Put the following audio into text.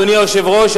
אדוני היושב-ראש,